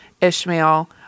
Ishmael